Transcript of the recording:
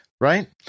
Right